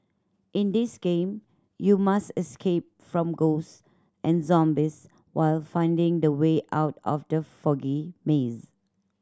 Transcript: in this game you must escape from ghosts and zombies while finding the way out of the foggy maze